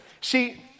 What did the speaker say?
See